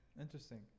Interesting